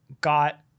got